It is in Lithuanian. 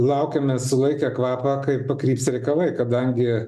laukiame sulaikę kvapą kaip pakryps reikalai kadangi